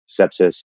sepsis